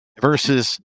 versus